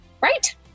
right